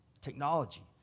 technology